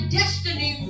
destiny